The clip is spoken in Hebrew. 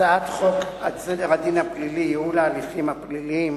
הצעת חוק סדר הדין הפלילי (הסדר טיעון),